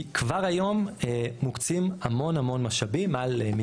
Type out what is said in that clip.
כי כבר היום מוקצים המון המון משאבים מעל 1.5